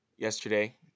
Yesterday